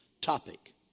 topic